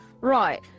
Right